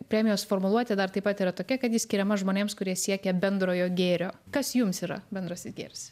premijos formuluotė dar taip pat yra tokia kad ji skiriamas žmonėms kurie siekia bendrojo gėrio kas jums yra bendrasis gėris